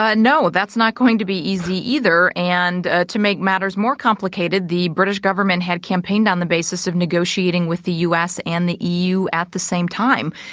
ah and no, that's not going to be easy either. and to make matters more complicated, the british government has campaigned on the basis of negotiating with the u s. and the eu at the same time.